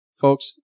Folks